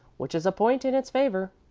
which is a point in its favor.